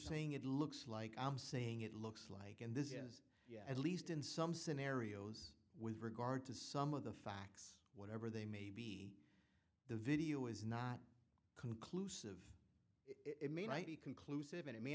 saying it looks like i'm saying it looks like and this is at least in some scenarios with regard to some of the facts whatever they may be the video is not conclusive it may not be conclusive and it may